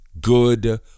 Good